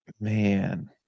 Man